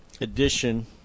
edition